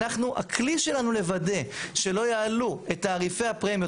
הכלי שלנו לוודא שלא יעלו את תעריפי הפרמיות